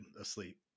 asleep